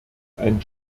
ein